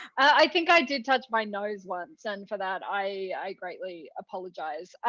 i think i did touch my nose once. and for that, i greatly apologize.